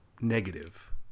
negative